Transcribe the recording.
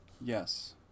yes